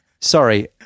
Sorry